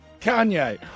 Kanye